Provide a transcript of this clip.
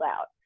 out